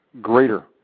greater